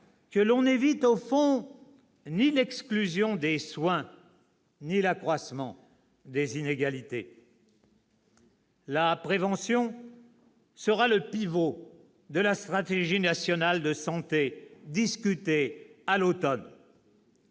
que l'on n'évite au fond ni l'exclusion des soins ni l'accroissement des inégalités. « La prévention sera le pivot de la stratégie nationale de santé discutée à l'automne.